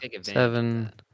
seven